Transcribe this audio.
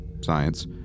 Science